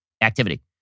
activity